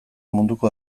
munduko